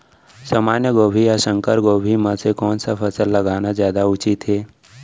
सामान्य गोभी या संकर गोभी म से कोन स फसल लगाना जादा उचित हे?